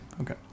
okay